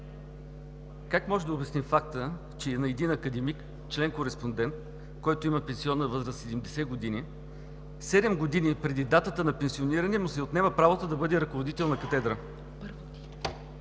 как можем да обясним факта, че има един академик, член-кореспондент, за който има пенсионна възраст 70 години, седем години преди датата на пенсионирането му се отнема правото да бъде ръководител на катедра?